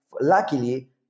Luckily